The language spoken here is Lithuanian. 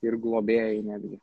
ir globėjai netgi